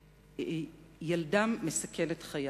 שילדם מסכן את חייו,